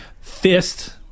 Fist